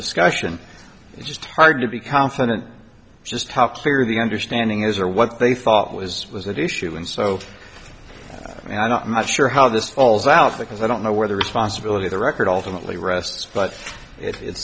discussion it's just hard to be confident just how clear the understanding is or what they thought was was that issue and so and i'm not sure how this falls out because i don't know where the responsibility the record ultimately rests but it